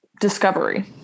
discovery